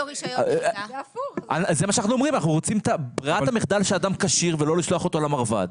אנחנו רוצים את ברירת המחדל שאדם כשיר ולא לשלוח אותו למרב"ד.